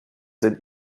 sind